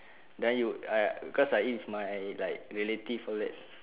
than you I because I eat with my like relative all that